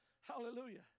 Hallelujah